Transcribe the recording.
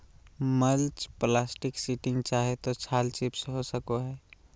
mulch plastic sheeting चाहे तो छाल चिप्स हो सको हइ